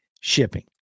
shipping